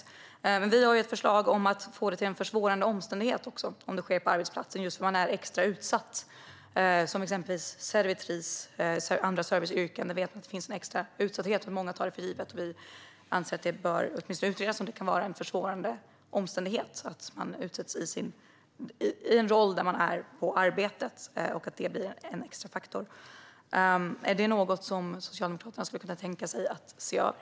Även vi har ett förslag om att det ska räknas som en försvårande omständighet om det sker på arbetsplatsen, eftersom man där är extra utsatt. Som servitris och inom andra serviceyrken är man extra utsatt, för många tar en för given. Vi anser att det åtminstone behöver utredas om det kan vara en försvårande omständighet när man utsätts i en roll på arbetsplatsen och att detta räknas som en extra faktor. Är detta något som Socialdemokraterna kan tänka sig att se över?